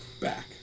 back